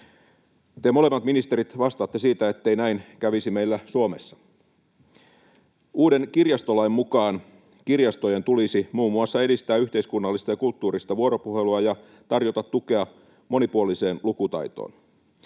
Te molemmat ministerit vastaatte siitä, ettei näin kävisi meillä Suomessa. Uuden kirjastolain mukaan kirjastojen tulisi muun muassa edistää yhteiskunnallista ja kulttuurista vuoropuhelua ja tarjota tukea monipuoliseen lukutaitoon.